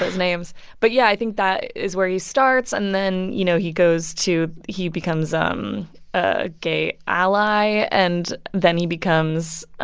names but, yeah, i think that is where he starts. and then, you know, he goes to he becomes um a gay ally, and then he becomes,